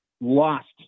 lost